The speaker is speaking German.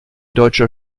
deutscher